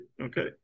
Okay